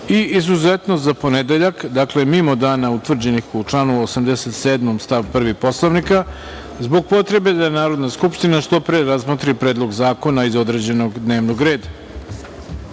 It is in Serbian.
i, izuzetno, za ponedeljak, dakle mimo dana utvrđenih u članu 87. stav 1. Poslovnika, zbog potrebe da Narodna skupština što pre razmotri Predlog zakona iz određenog dnevnog